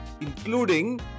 including